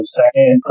second